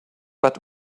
but